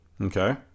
Okay